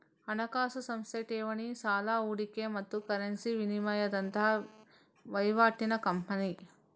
ಹಣಕಾಸು ಸಂಸ್ಥೆ ಠೇವಣಿ, ಸಾಲ, ಹೂಡಿಕೆ ಮತ್ತು ಕರೆನ್ಸಿ ವಿನಿಮಯದಂತಹ ವೈವಾಟಿನ ಕಂಪನಿ